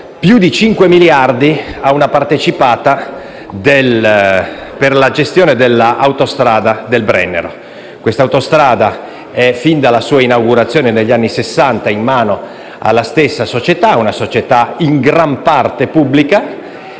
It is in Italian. più di 5 miliardi a una partecipata per la gestione dell'autostrada del Brennero. Questa autostrada, fin dalla sua inaugurazione negli anni Sessanta, è in mano alla stessa società, una società in gran parte pubblica.